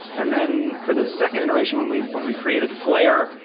and then for the second iteration when we when we created flare,